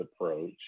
approach